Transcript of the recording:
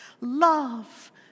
love